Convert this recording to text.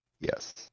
yes